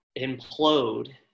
implode